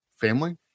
family